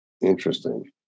interesting